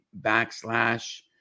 backslash